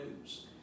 news